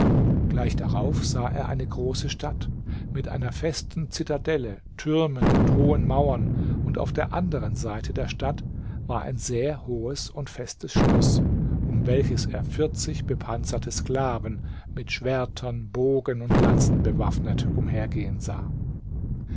gleich darauf sah er eine große stadt mit einer festen zitadelle türmen und hohen mauern und auf der anderen seite der stadt war ein sehr hohes und festes schloß um welches er vierzig bepanzerte sklaven mit schwertern bogen und lanzen bewaffnet umhergehen sah